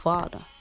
Father